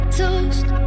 toast